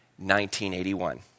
1981